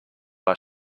are